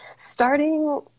Starting